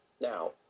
Now